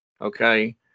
Okay